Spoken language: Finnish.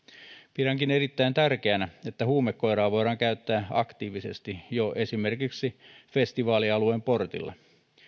pidänkin erittäin tärkeänä että huumekoiraa voidaan käyttää aktiivisesti jo esimerkiksi festivaalialueen portilla